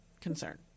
concern